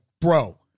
bro